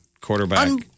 quarterback